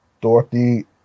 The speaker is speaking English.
Dorothy